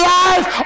life